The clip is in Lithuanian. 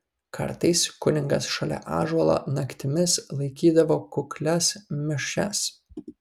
kartais kunigas šalia ąžuolo naktimis laikydavo kuklias mišias